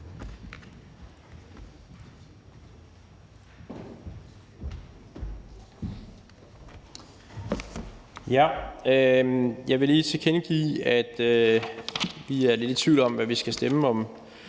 Jeg vil lige tilkendegive, at vi er lidt i tvivl om, hvad vi skal stemme til